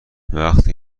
وقت